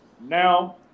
now